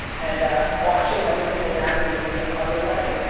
and watching other people navigate the ah other way,